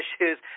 issues